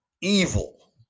evil